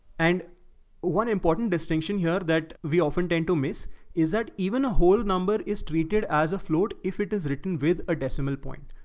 and one important distinction here that, we often tend to miss is that even a whole number is treated as a float. if it is written with a decimal point,